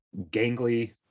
gangly